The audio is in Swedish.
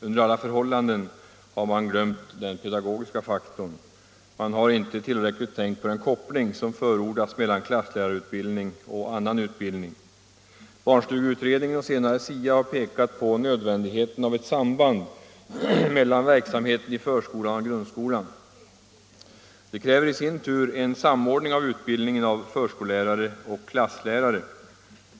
Under alla förhållanden har man glömt den pedagogiska faktorn. Man har inte tillräckligt tänkt på den koppling som förordats mellan klasslärarutbildning och annan utbildning. Barnstugeutredningen och senare SIA har pekat på nödvändigheten av ett samband mellan verksamheten i förskolan och grundskolan. Det kräver i sin tur en samordning av utbildningen av förskollärare och klasslärare.